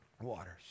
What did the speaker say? waters